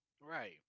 Right